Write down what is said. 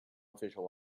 official